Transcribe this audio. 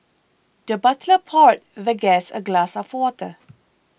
the butler poured the guest a glass of water